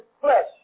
flesh